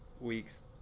weeks